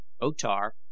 O-Tar